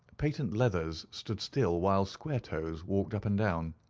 patent-leathers stood still while square-toes walked up and down.